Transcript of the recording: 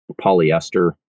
polyester